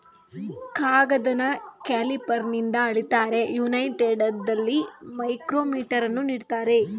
ಕಾಗದನ ಕ್ಯಾಲಿಪರ್ನಿಂದ ಅಳಿತಾರೆ, ಯುನೈಟೆಡಲ್ಲಿ ಮೈಕ್ರೋಮೀಟರಲ್ಲಿ ನೀಡ್ತಾರೆ